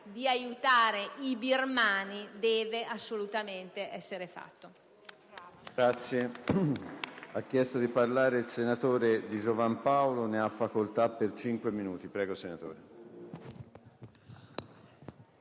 di aiutare i birmani deve assolutamente essere fatto.